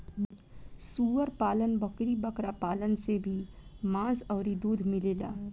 सूअर पालन, बकरी बकरा पालन से भी मांस अउरी दूध मिलेला